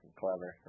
clever